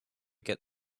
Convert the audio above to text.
get